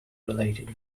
related